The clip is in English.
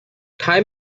time